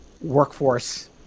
workforce